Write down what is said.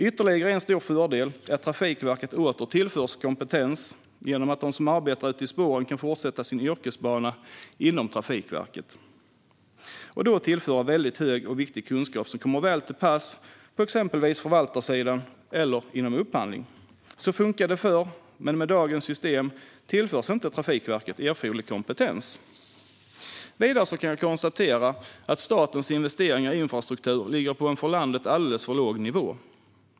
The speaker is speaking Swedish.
Ytterligare en stor fördel är att Trafikverket åter tillförs kompetens genom att de som arbetar ute i spåren kan fortsätta sin yrkesbana inom Trafikverket och då tillföra väldigt hög och viktig kunskap som kommer väl till pass på till exempel förvaltarsidan eller inom upphandling. Så funkade det förr, men med dagens system tillförs inte Trafikverket erforderlig kompetens. Vidare kan jag konstatera att statens investeringar i infrastruktur ligger på en för landet alldeles för låg nivå.